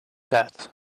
that